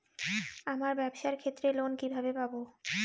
আমার ব্যবসার ক্ষেত্রে লোন কিভাবে পাব?